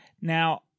Now